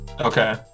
okay